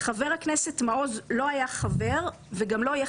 חבר הכנסת מעוז הוא אמנם לא חבר בוועדה,